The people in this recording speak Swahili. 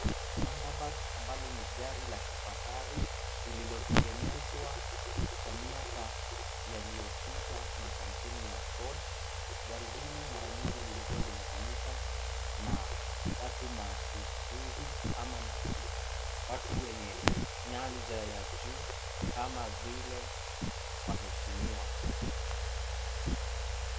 Thunderbird ambalo ni gari la kifahari lililotengenezwa kwa miaka iliyopita na kampuni ya Ford. Gari hili mara nyingi lilikuwa linatumika na watu mashuhuri ama watu wenye nyanja ya juu kama vile waheshimiwa.